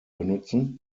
benutzen